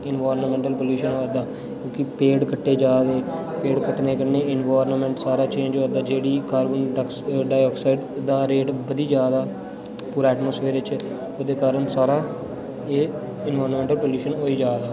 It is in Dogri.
एनवायर्नमेंटल पॉल्यूशन होआ दा क्योंकि पेड़ कटे जा दे पेड़ कटने कन्नै एनवायर्नमेंट सारा चेंज होआ दा जेह्ड़ी कार्बन डाइऑक्साइड दा रेट बधी जा दा पूरा एटमॉस्फेयर बिच ओह्दे कारण सारा एह् एनवायर्नमेंटल पॉल्यूशन होई जा दा